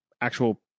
actual